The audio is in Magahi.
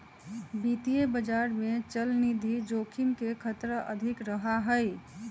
वित्तीय बाजार में चलनिधि जोखिम के खतरा अधिक रहा हई